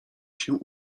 się